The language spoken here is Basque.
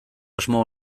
asmo